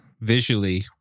visually